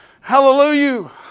Hallelujah